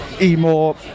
emo